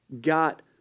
got